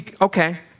Okay